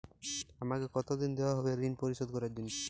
আমাকে কতদিন দেওয়া হবে ৠণ পরিশোধ করার জন্য?